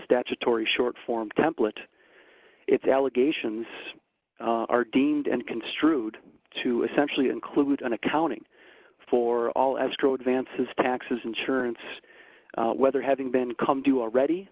statutory short form template it's allegations are deemed and construed to essentially include an accounting for all escrow advances taxes insurance whether having been come due already